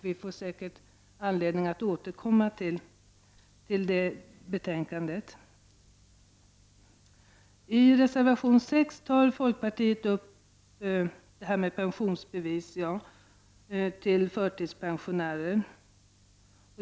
Vi får säkert anledning att återkomma till det betänkandet. I reservation 6 tar folkpartiet upp pensionsbevis till förtidspensionärer.